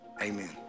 Amen